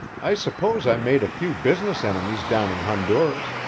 i suppose i made a few business enemies down in honduras,